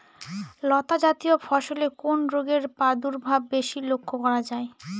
লতাজাতীয় ফসলে কোন রোগের প্রাদুর্ভাব বেশি লক্ষ্য করা যায়?